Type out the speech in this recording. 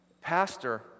Pastor